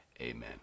amen